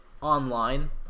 online